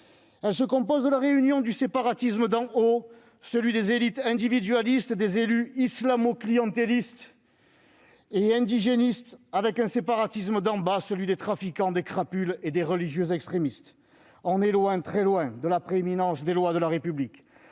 Elle se compose de la réunion du séparatisme d'en haut, celui des élites individualistes, des élus islamo-clientélistes et indigénistes, et d'un séparatisme d'en bas, celui des trafiquants, des crapules et des religieux extrémistes. On est loin, très loin, de la prééminence des lois de la République.